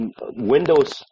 Windows